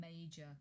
major